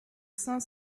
cinq